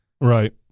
Right